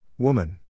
Woman